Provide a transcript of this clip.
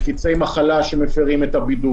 מפיצי מחלה שמפרים את הבידוד